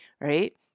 Right